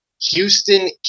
Houston